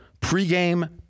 pregame